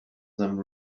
some